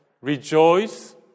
rejoice